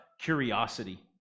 curiosity